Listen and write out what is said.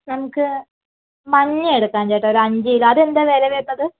നമ്മുക്ക് മഞ്ഞ എടുക്കാം ചേട്ടാ ഒരു അഞ്ചുകിലോ അതെന്താ വില വരുന്നത്